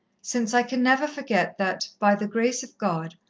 since i can never forget that, by the grace of god,